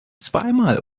zweimal